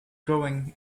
growing